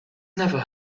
never